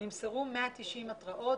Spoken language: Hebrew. נמסרו 190 התרעות,